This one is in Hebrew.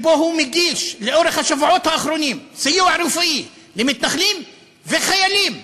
שהוא מגיש לאורך השבועות האחרונים סיוע רפואי למתנחלים ולחיילים.